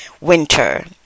Winter